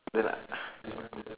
ya lah